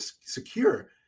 secure